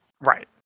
Right